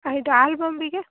ಹಾಂ ಇದು ಆಲ್ಬಂಬಿಗೆ